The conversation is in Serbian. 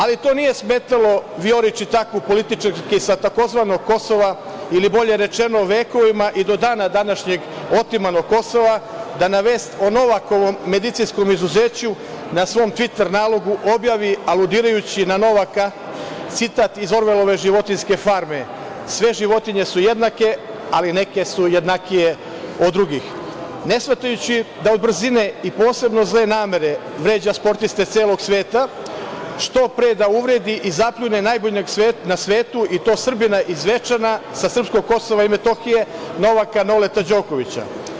Ali to nije smetalo Vijori Čitaku, takvoj političarki sa tzv. Kosova ili bolje rečeno vekovima i do dana današnjeg otimanog Kosova, da na vest o Novakovom medicinskom izuzeću, na svom tviter nalogu objavi aludirajući na Novaka, citat iz Orvelove životinjske farme „ Sve životinje su jednake, ali neke su jednakije od drugih“, ne shvatajući da od brzine i posebno zle namere, vređa sportiste celog sveta, što pre da uvredi i zapljune najboljeg na svetu i to Srbina iz Zvečana, sa srpskog KiM, Novaka Noleta Đokovića.